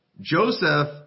Joseph